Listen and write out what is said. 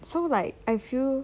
so like I feel